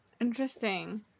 Interesting